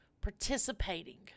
participating